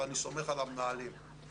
אפשר להביע שאט נפש